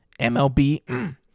MLB